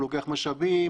הוא לוקח משאבים,